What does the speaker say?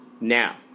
Now